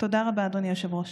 תודה רבה, אדוני היושב-ראש.